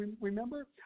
remember